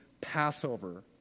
Passover